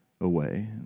away